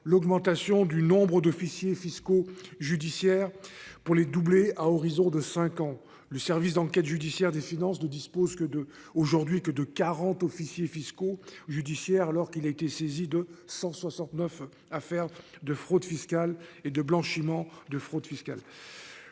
l'augmentation du nombre d'officiers fiscaux judiciaires pour les doubler à horizon de 5 ans. Le Service d'enquêtes judiciaires des finances, ne dispose que de aujourd'hui que de 40 officiers fiscaux judiciaires alors qu'il a été saisi de 169 affaire de fraude fiscale et de blanchiment de fraude fiscale.